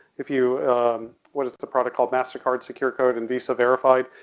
if you what is the product called, mastercard secure code and visa verified.